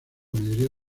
mayoría